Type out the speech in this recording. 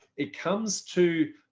it comes to